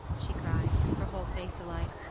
she cried, her whole face alight,